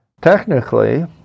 Technically